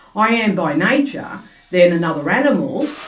i am by nature then another animal,